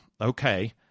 Okay